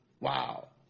Wow